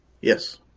Yes